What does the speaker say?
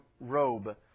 robe